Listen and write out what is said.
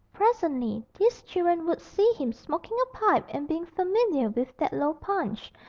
presently these children would see him smoking a pipe and being familiar with that low punch.